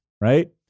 Right